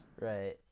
right